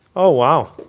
oh, wow.